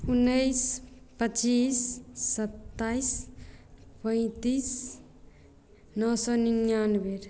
उन्नैस पच्चीस सत्ताइस पैंतीस नओ सए निनानवे